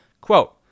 Quote